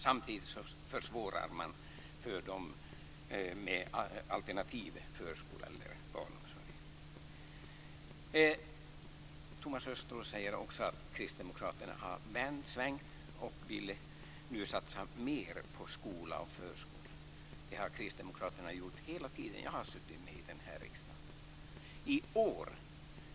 Samtidigt försvårar man för dem som har alternativ förskola eller barnomsorg. Thomas Östros säger också att Kristdemokraterna har svängt och nu vill satsa mer på skola och förskola. Det har Kristdemokraterna gjort hela den tid jag har suttit med i den här riksdagen.